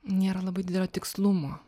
nėra labai didelio tikslumo